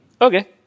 Okay